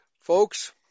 folks